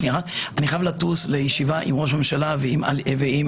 אני חייב ללכת לישיבה עם ראש הממשלה וכל